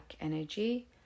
energy